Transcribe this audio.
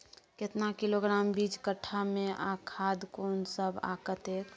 केतना किलोग्राम बीज कट्ठा मे आ खाद कोन सब आ कतेक?